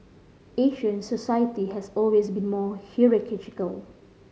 Asian society has always been more hierarchical